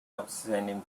outstanding